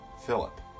Philip